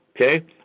Okay